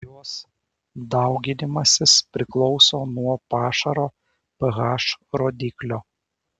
jos dauginimasis priklauso nuo pašaro ph rodiklio